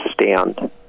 stand